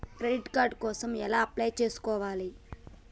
Credit card కోసం ఎలా apply చేసుకోవాలి?